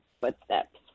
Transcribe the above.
footsteps